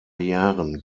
jahren